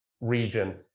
region